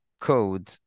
code